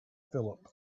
phillip